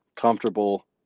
comfortable